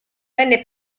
venne